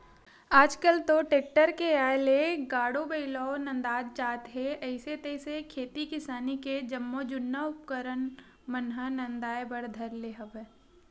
आल कल तो टेक्टर के आय ले गाड़ो बइलवो नंदात जात हे अइसे तइसे खेती किसानी के जम्मो जुन्ना उपकरन मन ह नंदाए बर धर ले हवय